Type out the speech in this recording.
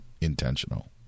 intentional